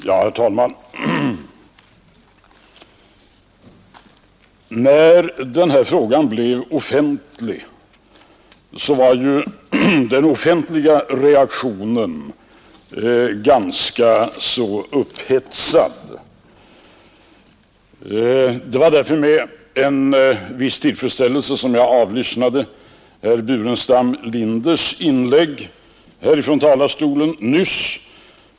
Herr talman! När denna fråga blev offentlig var ju den allmänna reaktionen ganska så upphetsad. Det var därför med en viss tillfredsställelse som jag avlyssnade herr Burenstam Linders inlägg nyss.